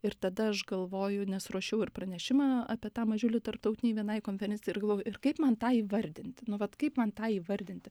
ir tada aš galvoju nes ruošiau ir pranešimą apie tą mažiulį tarptautinei vienai konferencijai ir galvojau ir kaip man tą įvardinti nu vat kaip man tą įvardinti